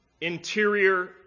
interior